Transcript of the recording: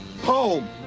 Home